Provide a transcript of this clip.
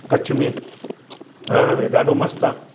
कच्छ में रण में ॾाढो मस्तु आहे